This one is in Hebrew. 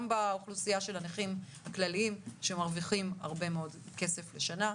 באוכלוסייה של הנכים הכלליים שמרוויחים הרבה מאוד כסף בשנה.